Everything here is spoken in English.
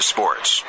Sports